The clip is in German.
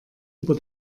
über